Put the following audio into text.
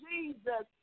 Jesus